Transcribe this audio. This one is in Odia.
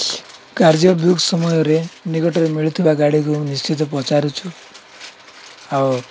କାର୍ଯ୍ୟ ବୁକ୍ ସମୟରେ ନିକଟରେ ମିଳୁଥିବା ଗାଡ଼ିକୁ ମୁଁ ନିଶ୍ଚିତ ପଚାରୁଛୁ ଆଉ